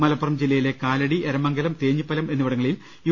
മലപ്പുറം ജില്ലയിലെ കാലടി എരമംഗലം തേഞ്ഞി പ്പാലം എന്നിവിടങ്ങളിൽ യു